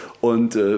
und